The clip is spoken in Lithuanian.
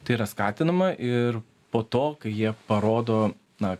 tai yra skatinama ir po to kai jie parodo na